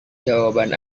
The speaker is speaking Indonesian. jawaban